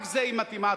רק לזה היא מתאימה,